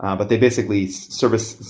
um but they basically service